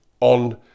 on